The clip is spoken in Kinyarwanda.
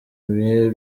ibihe